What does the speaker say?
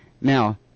Now